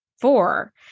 four